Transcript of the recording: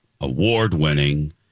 award-winning